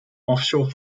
offshore